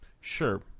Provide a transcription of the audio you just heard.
Sure